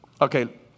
Okay